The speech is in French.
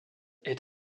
est